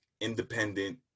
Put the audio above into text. independent